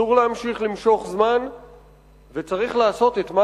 אסור להמשיך ולמשוך זמן וצריך לעשות את מה